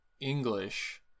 English